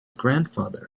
grandfather